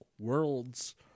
Worlds